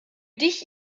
dich